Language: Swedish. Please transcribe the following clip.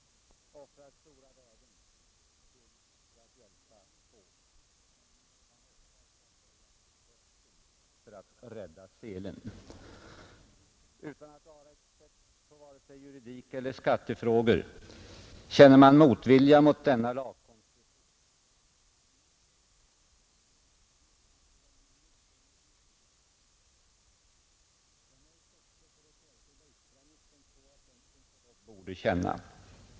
Man offrar så att säga hästen för att rädda selen. Utan att vara expert på vare sig juridik eller skattefrågor känner man motvilja mot denna lagkonstruktion, en motvilja som jag tycker att även centerledaren och juristen Gunnar Hedlund, tillika begåvad med politisk intuition, också borde känna.